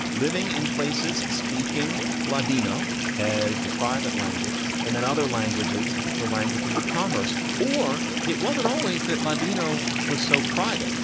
living in places, speaking ladino as the private language and then other languages for languages of commerce. or it wasn't always that ladino was so private.